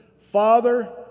Father